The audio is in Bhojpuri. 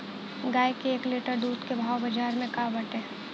गाय के एक लीटर दूध के भाव बाजार में का बाटे?